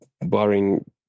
barring